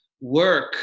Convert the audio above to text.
work